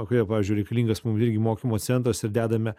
kurie pavyzdžiui reikalingas mum irgi mokymo centras ir dedame